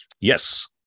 Yes